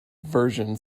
version